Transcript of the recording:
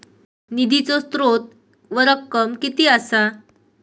निधीचो स्त्रोत व रक्कम कीती असा?